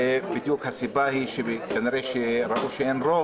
ובדיוק הסיבה היא שכנראה שראו שאין רוב.